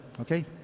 Okay